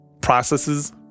processes